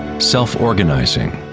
self-organizing.